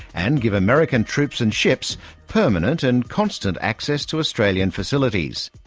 and give american troops and ships permanent and constant access to australian facilities.